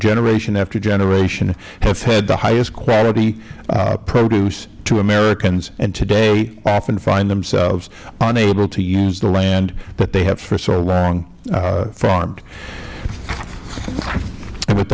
generation after generation have fed the highest quality produce to americans and today often find themselves unable to use the land that they have for so long farmed with